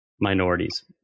minorities